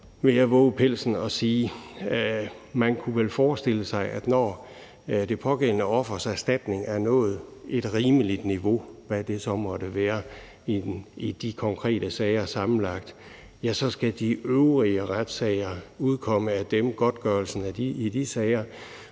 jeg vove pelsen at sige. Man kunne vel forestille sig, at når det pågældende offers erstatning havde nået et rimeligt niveau, hvad det så måtte være i de konkrete sager sammenlagt, så skulle godtgørelsen i de øvrige retssager